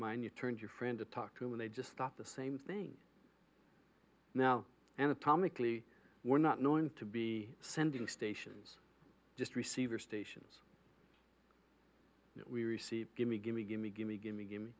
mind you turned your friend to talk to him and they just stop the same thing now anatomically we're not knowing to be sending stations just receiver stations we received gimme gimme gimme gimme gimme gimme